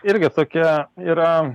irgi tokia yra